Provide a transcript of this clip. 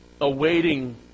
awaiting